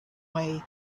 way